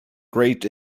great